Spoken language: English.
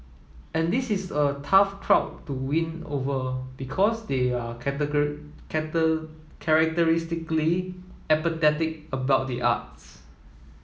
and this is a tough crowd to win over because they are characteristically apathetic about the arts